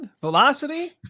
velocity